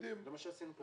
זה מה שעשינו כאן.